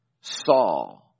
saw